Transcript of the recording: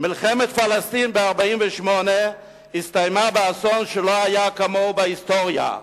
"מלחמת פלסטין ב-1948 הסתיימה באסון שלא היה כמוהו בהיסטוריה.